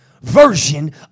version